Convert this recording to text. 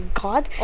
god